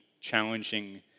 challenging